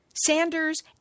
Sanders